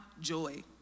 joy